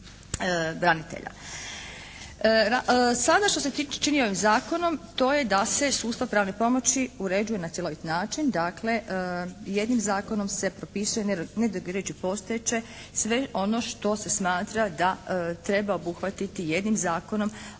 Sada što se čini ovim zakonom to je da se sustav pravne pomoći uređuje na cjelovit način dakle jednim zakonom se propisuje …/Govornik se ne razumije./… postojeće sve ono što se smatra da treba obuhvatiti jednim zakonom